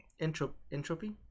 entropy